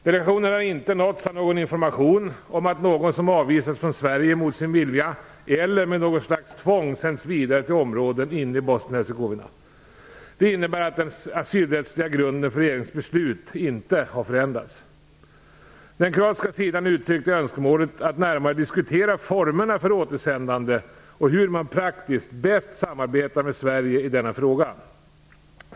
Delegationen har inte nåtts av någon information om att någon som avvisats från Sverige mot sin vilja eller med något slags tvång sänts vidare till områden inne i Bosnien-Hercegovina. Det innebär att den asylrättsliga grunden för regeringens beslut inte har förändrats. Den kroatiska sidan uttryckte önskemålet att närmare diskutera formerna för återsändande och hur man praktiskt bäst samarbetar med Sverige i denna fråga.